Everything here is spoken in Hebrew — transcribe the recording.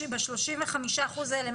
ב-35% האלה?